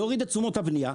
להוריד את תשומות הבנייה.